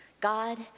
God